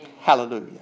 Hallelujah